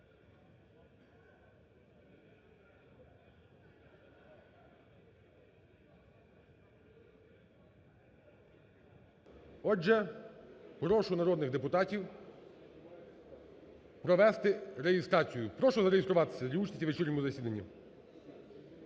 Отже, прошу народних депутатів провести реєстрацію. Прошу зареєструватися для участі у вечірньому засіданні.